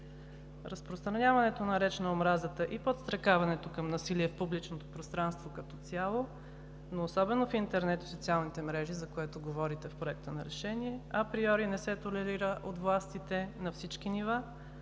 Разпространяването на реч на омразата и подстрекаването към насилие в публичното пространство като цяло – особено в интернет и социалните мрежи, за което говорите в Проекта на решение, априори не се толерира от властите на всички нива,